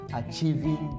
achieving